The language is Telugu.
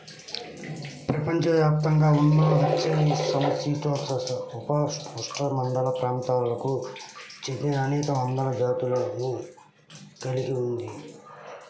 ప్రపంచవ్యాప్తంగా ఉన్న వెచ్చనిసమశీతోష్ణ, ఉపఉష్ణమండల ప్రాంతాలకు చెందినఅనేక వందల జాతులను కలిగి ఉంది